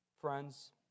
friends